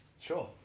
Sure